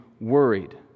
worried